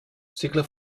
cicle